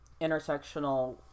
intersectional